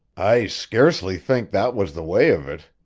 i scarcely think that was the way of it,